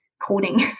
coding